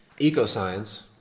Ecoscience